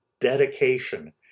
dedication